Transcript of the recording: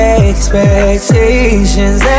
expectations